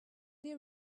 dear